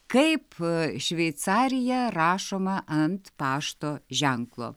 kaip šveicarija rašoma ant pašto ženklo